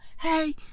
Hey